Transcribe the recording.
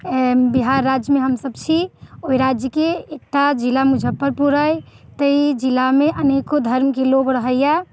अऽ बिहार राज्य मे हमसभ छी ओहि राज्य के एकटा जिला मुजफ्फरपुर अछि ताहि जिलामे अनेको धर्म के लोग रहैया